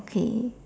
okay